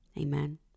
Amen